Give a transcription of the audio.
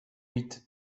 huit